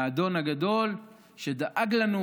לאדון הגדול שדאג לנו.